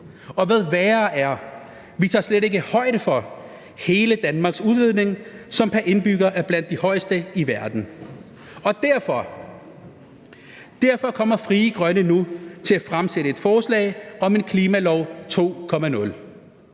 Og hvad værre er: Vi tager slet ikke højde for hele Danmarks udledning, som pr. indbygger er blandt de højeste i verden. Derfor kommer Frie Grønne nu til at fremsætte et forslag om en klimalov 2.0,